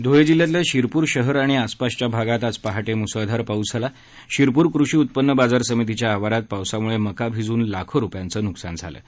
ध्वळे जिल्ह्यातल्या शिरपूर शहर आणि आसपासच्या भागात आज पहाटे मुसळधार पाऊस झाला शिरपूर कृषी उत्पन्न बाजार समितीच्या आवारात पावसामुळे मका भिजून लाखो रुपयांचं नुकसान झालं आहे